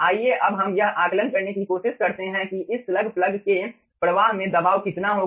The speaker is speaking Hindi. आइए अब हम यह आकलन करने की कोशिश करते हैं कि इस स्लग प्लग के प्रवाह में दबाव कितना होगा